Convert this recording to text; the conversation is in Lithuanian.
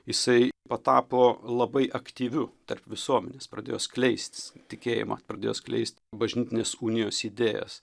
jisai patapo labai aktyviu tarp visuomenės pradėjo skleistis tikėjimą pradėjo skleist bažnytinės unijos idėjas